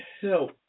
help